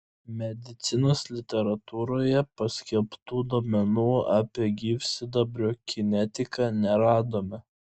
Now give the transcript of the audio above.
medicinos literatūroje paskelbtų duomenų apie gyvsidabrio kinetiką neradome